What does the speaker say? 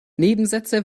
nebensätze